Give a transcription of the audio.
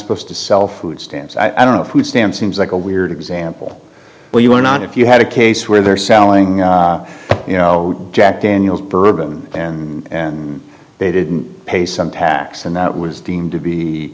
supposed to sell food stamps i don't know if we stamp seems like a weird example where you're not if you had a case where they're selling you know jack daniels bourbon and they didn't pay some tax and that was deemed to be